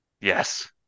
yes